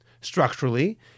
Structurally